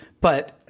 but-